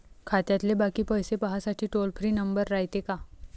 खात्यातले बाकी पैसे पाहासाठी टोल फ्री नंबर रायते का?